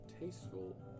tasteful